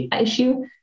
issue